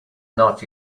not